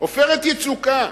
"עופרת יצוקה".